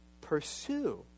pursue